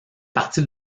partie